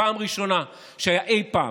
פעם ראשונה אי פעם,